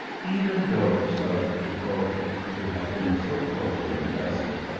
even those of gibraltar, who had been so closely invested,